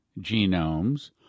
genomes